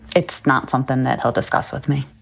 it's not something that he'll discuss with me.